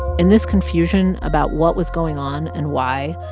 and this confusion about what was going on and why,